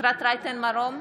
אפרת רייטן מרום,